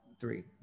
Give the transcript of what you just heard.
three